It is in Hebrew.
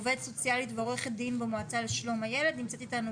עובדת סוציאלית ועורכת דין במועצה לשלום הילד שנמצאת אתנו